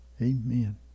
Amen